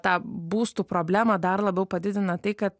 tą būstų problemą dar labiau padidina tai kad